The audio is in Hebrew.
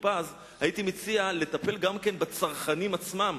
טופז הייתי מציע גם לטפל בצרכנים עצמם.